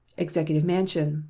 executive mansion,